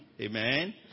Amen